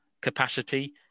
capacity